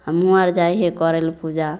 हमहूँ आओर जाइ हिए करैलए पूजा